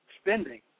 spending